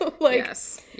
yes